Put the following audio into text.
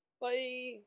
Bye